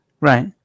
Right